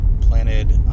planted